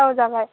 औ जाबाय